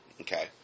Okay